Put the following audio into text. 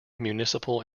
municipal